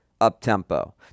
up-tempo